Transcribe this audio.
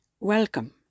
Welcome